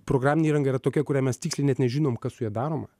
programinė įranga yra tokia kurią mes tiksliai net nežinom kas su ja daroma